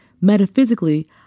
Metaphysically